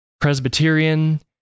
Presbyterian